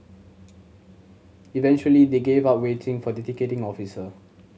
eventually they gave up waiting for the ticketing officer